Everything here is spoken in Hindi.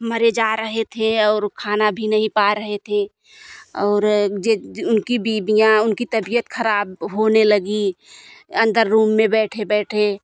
मरे जा रहे थे और खाना भी नहीं पा रहे थे और जिन जिन उनकी बीबियाँ उनकी तबियत ख़राब होने लगी अन्दर रूम में बैठे बैठे